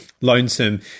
Lonesome